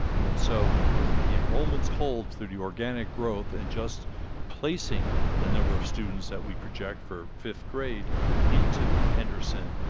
and so if the enrollments hold through the organic growth and just placing the number of students that we project for fifth grade into henderson